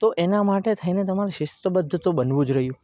તો એના માટે થઇને તમારે શિસ્તબદ્ધ તો બનવું જ રહ્યું